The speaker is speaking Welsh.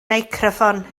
meicroffon